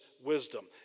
wisdom